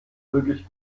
wirklich